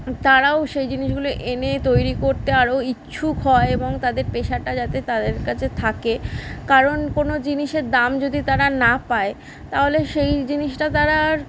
তারাও সেই জিনিসগুলো এনে তৈরি করতে আরো ইচ্ছুক হয় এবং তাদের পেশাটা যাতে তাদের কাছে থাকে কারণ কোনো জিনিসের দাম যদি তারা না পায় তাহলে সেই জিনিসটা তারা আর